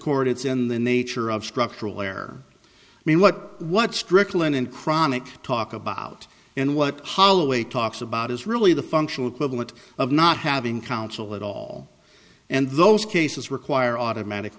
court it's in the nature of structural there i mean what what strickland and chronic talk about and what holloway talks about is really the functional equivalent of not having counsel at all and those cases require automatic